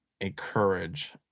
encourage